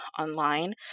online